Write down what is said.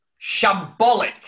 shambolic